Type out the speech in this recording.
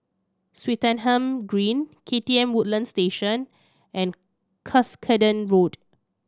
Swettenham Green K T M Woodlands Station and Cuscaden Road